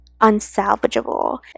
unsalvageable